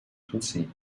prinzip